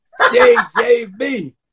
JJB